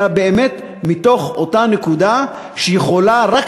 אלא באמת מתוך אותה נקודה שיכולה רק